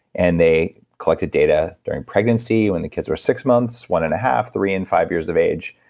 and they collected data during pregnancy, when the kids were six months, one and a half, three and five years of age.